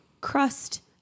crust